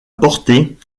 portée